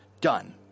done